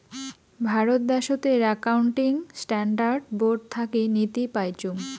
ভারত দ্যাশোতের accounting standard board থাকি নীতি পাইচুঙ